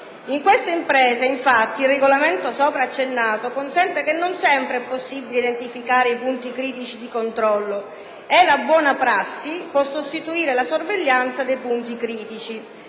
In queste imprese, infatti, il regolamento sopra accennato stabilisce che non sempre è possibile identificare i punti critici di controllo e la buona prassi può sostituire la sorveglianza dei punti critici.